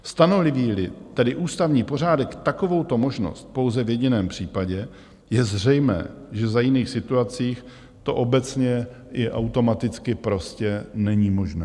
Stanovíli tedy ústavní pořádek takovouto možnost pouze v jediném případě, je zřejmé, že za jiných situací to obecně i automaticky prostě není možné.